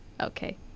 Okay